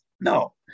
No